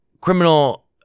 criminal